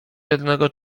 jednego